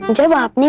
and dooba i mean